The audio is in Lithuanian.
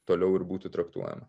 toliau ir būtų traktuojama